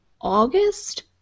August